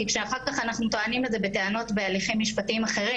כי כשאחר כך אנחנו טוענים את זה בטענות בהליכים משפטיים אחרים,